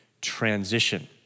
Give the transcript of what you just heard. transition